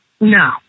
no